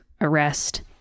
arrest